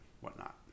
whatnot